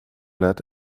let